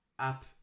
app